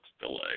Delay